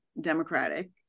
democratic